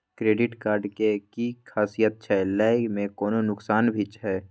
Credit card के कि खासियत छै, लय में कोनो नुकसान भी छै?